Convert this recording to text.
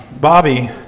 Bobby